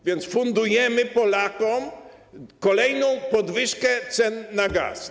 A więc fundujemy Polakom kolejną podwyżkę cen gazu.